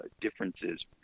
differences